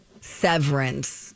severance